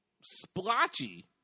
splotchy